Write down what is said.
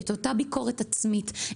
את אותה ביקורת עצמית,